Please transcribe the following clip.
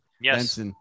Yes